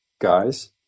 guys